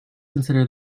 consider